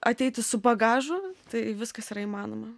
ateitį su bagažu tai viskas yra įmanoma